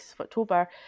October